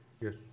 Yes